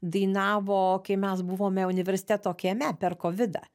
dainavo kai mes buvome universiteto kieme per kovidą